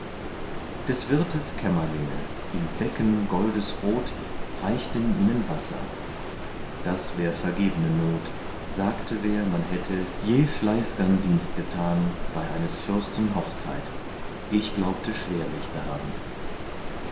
des wirtes kämmerlinge in becken goldesrot reichten ihnen wasser das wär vergebne not sagte wer man hätte je fleißgern dienst getan bei eines fürsten hochzeit ich glaubte schwerlich daran